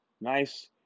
Nice